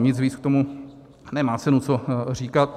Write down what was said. Nic víc k tomu nemá cenu co říkat.